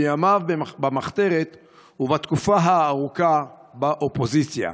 בימיו במחתרת ובתקופה הארוכה באופוזיציה.